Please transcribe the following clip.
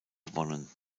gewonnen